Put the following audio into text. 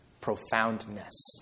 profoundness